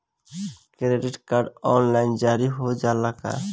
Credit card online जारी हो जाला का?